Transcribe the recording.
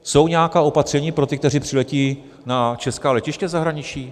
Jsou nějaká opatření pro ty, kteří přiletí na česká letiště ze zahraničí?